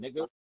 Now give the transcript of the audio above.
nigga